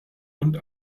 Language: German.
und